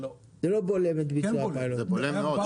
כן בולם.